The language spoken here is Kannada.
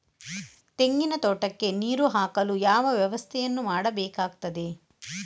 ತೆಂಗಿನ ತೋಟಕ್ಕೆ ನೀರು ಹಾಕಲು ಯಾವ ವ್ಯವಸ್ಥೆಯನ್ನು ಮಾಡಬೇಕಾಗ್ತದೆ?